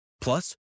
Plus